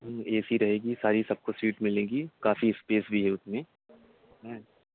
ma'am A C رہے گی ساری سب کو سیٹ ملے گی کافی اسپیس بھی ہے اس میں ہیں